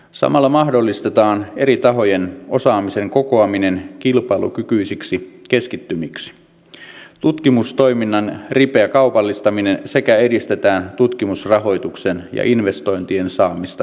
samalla mahdollistetaan eri tahojen osaamisen kokoaminen kilpailukykyisiksi keskittymiksi tutkimustoiminnan ripeä kaupallistaminen sekä edistetään tutkimusrahoituksen ja investointien saamista suomeen